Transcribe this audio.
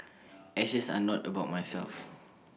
ashes are not about myself